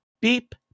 beep